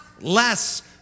less